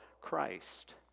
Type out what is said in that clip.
Christ